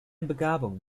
begabung